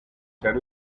ten